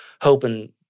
hoping